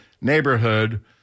neighborhood